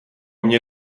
mně